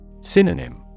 Synonym